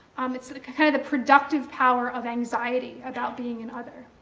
um it's the kind of the productive power of anxiety about being an other,